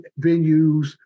venues